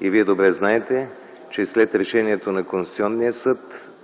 Вие добре знаете, че след решението на Конституционния съд